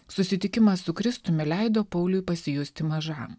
susitikimas su kristumi leido pauliui pasijusti mažam